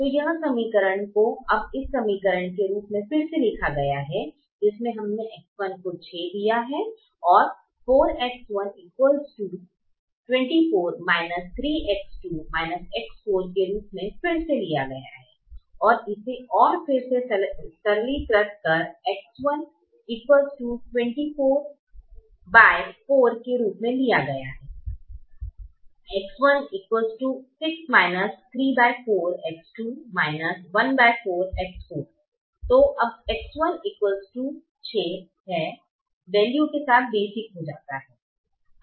तो यह समीकरण को अब इस समीकरण के रूप में फिर से लिखा गया है जिसने हमें X1 6 दिया है ओर 4X1 24 3X2 X4 के रूप में फिर से लिखा गया है और इसे और फिर से सरलीकृत कर X1 244 के रूप में लिखा गया है X16−34X2−14X4 तो अब X16 वैल्यू के साथ बेसिक हो जाता है